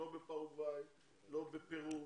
לא בפרגוואי, לא בפרו,